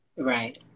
right